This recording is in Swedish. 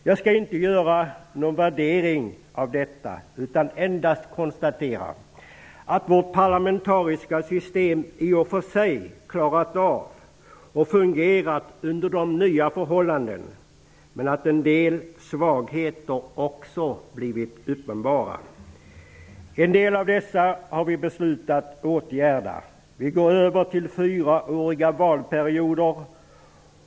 Jag skall inte uttala någon värdering, utan endast konstatera att vårt parlamentariska system i och för sig klarat av och fungerat under de nya förhållandena. Men en del svagheter har också blivit uppenbara. En del av dessa har vi beslutat att åtgärda. Vi går över till fyraåriga valperioder.